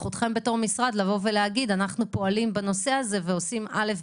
זכותכם בתור משרד להגיד שאתם פועלים בנושא הזה ועושים א',